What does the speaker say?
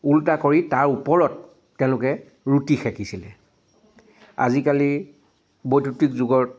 উলোটা কৰি তাৰ ওপৰত তেওঁলোকে ৰুটি সেকিছিলে আজিকালি বৈদ্যূতিক যুগত